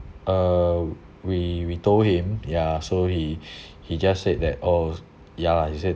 uh we we told him ya so he he just said that oh ya he said